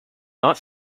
not